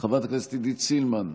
חברת הכנסת עידית סילמן,